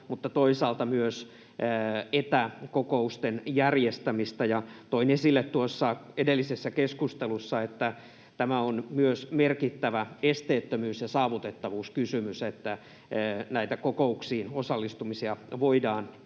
mutta toisaalta myös etäkokousten järjestämistä. Toin esille tuossa edellisessä keskustelussa, että on myös merkittävä esteettömyys- ja saavutettavuuskysymys, että näitä kokouksiin osallistumisia voidaan